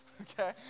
okay